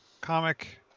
comic